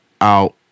out